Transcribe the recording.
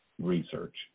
research